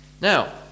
Now